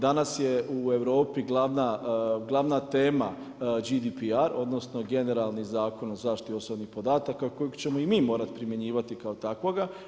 Danas je u Europi glavna tema GDPR odnosno Generalni zakon o zaštiti osobnih podataka kojeg ćemo i mi morati primjenjivati kao takvoga.